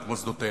את מוסדותיהם.